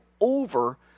over